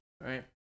right